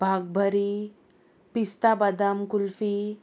भागभरी पिस्ता बादाम कुल्फी